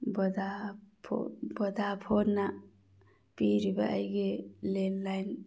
ꯕꯣꯗꯥꯐꯣꯟꯅ ꯄꯤꯔꯤꯕ ꯑꯩꯒꯤ ꯂꯦꯟꯂꯥꯏꯟ